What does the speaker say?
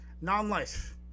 Non-life